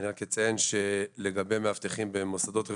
אני רק אציין שלגבי מאבטחים במוסדות רפואיים,